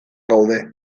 gaude